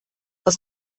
aus